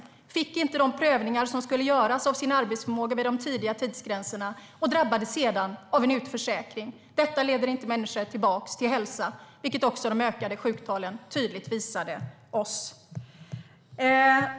Man fick inte de prövningar som skulle göras av arbetsförmågan vid de tidiga tidsgränserna, och sedan drabbades man av en utförsäkring. Detta leder inte människor tillbaka till hälsa, vilket också de ökade sjuktalen tydligt visade oss.